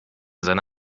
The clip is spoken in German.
seine